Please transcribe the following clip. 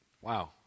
wow